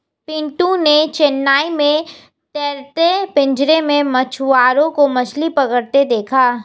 पिंटू ने चेन्नई में तैरते पिंजरे में मछुआरों को मछली पकड़ते देखा